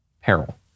peril